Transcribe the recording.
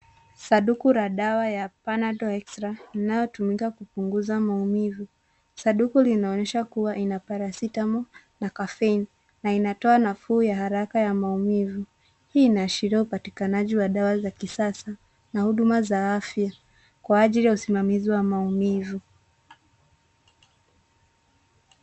Sanduku la dawa ya panadol extra inayotumika kupunguza maumivu sanduku linaonyesha kua ina paracetamol na caffeine na inatoa nafuu ya haraka ya maumivu pia inaashiria upatikanaji wa dawa ya kisasa na huduma za afya kwa ajili ya usimamizi wa maumivu.